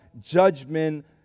judgment